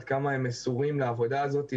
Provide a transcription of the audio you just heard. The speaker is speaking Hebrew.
עד כמה הם מסורים לעבודה הזאת,